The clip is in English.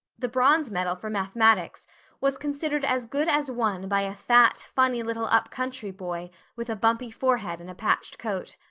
the bronze medal for mathematics was considered as good as won by a fat, funny little up-country boy with a bumpy forehead and a patched coat.